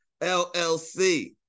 LLC